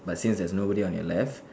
but since there is nobody on your left